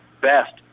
best